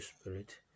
Spirit